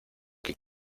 que